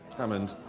hammond.